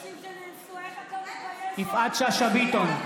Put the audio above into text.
נגד יפעת שאשא ביטון,